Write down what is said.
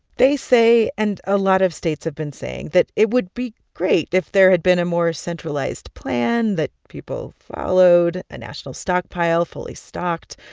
they say and a lot of states have been saying that it would be great if there had been a more centralized plan that people followed, a national stockpile fully stocked,